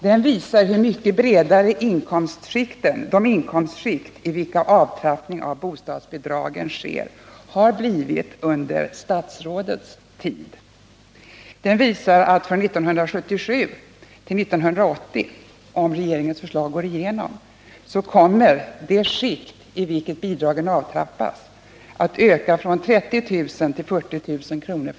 Den visar hur mycket bredare de inkomstskikt i vilka avtrappningen av bostadsbidragen sker har blivit under statsrådets tid i regeringen. Tablån visar att från 1977 till 1980 —om regeringens förslag går igenom — det skikt i vilket bidragen avtrappas kommer att ökas från 30 000 kr. till 40 000 kr.